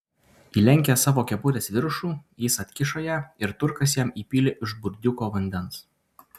įlenkęs savo kepurės viršų jis atkišo ją ir turkas jam įpylė iš burdiuko vandens